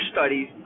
studies